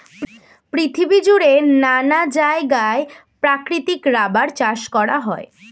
পৃথিবী জুড়ে নানা জায়গায় প্রাকৃতিক রাবার চাষ করা হয়